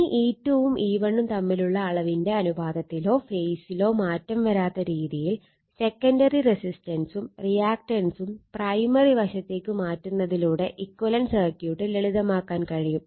ഇനി E2 വും E1 ഉം തമ്മിലുള്ള അളവിന്റെ അനുപാതത്തിലോ ഫേസിലോ മാറ്റം വരാത്ത രീതിയിൽ സെക്കണ്ടറി റെസിസ്റ്റൻസും റിയാക്റ്റൻസും പ്രൈമറി വശത്തേക്ക് മാറ്റുന്നതിലൂടെ ഇക്വലന്റ് സർക്യൂട്ട് ലളിതമാക്കാൻ കഴിയും